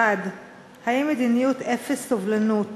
1. האם מדיניות אפס סובלנות